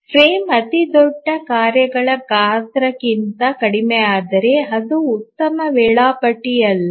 frame ಅತಿದೊಡ್ಡ ಕಾರ್ಯಗಳ ಗಾತ್ರಕ್ಕಿಂತ ಕಡಿಮೆಯಾದರೆ ಅದು ಉತ್ತಮ ವೇಳಾಪಟ್ಟಿಯಲ್ಲ